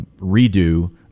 redo